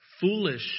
foolish